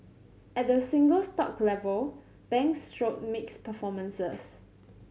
at the single stock level banks showed mixed performances